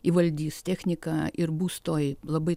įvaldys techniką ir bus toj labai